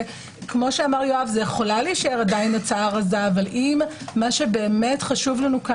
כפי שאמר יואב זו יכולה להישאר הצעה רזה אך אם מה שחשוב לנו זה